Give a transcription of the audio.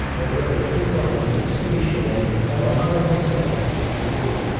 whether every column needs to be shown or unwanted columns can be hidden.